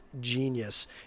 genius